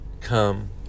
Come